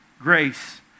grace